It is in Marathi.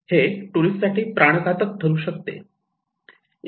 हे टुरिस्टसाठी प्राणघातक ठरू शकते